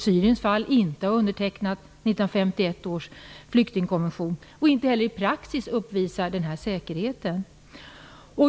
Syrien har inte undertecknat 1951 års flyktingkonvention och uppvisar inte heller i praxis den här säkerheten.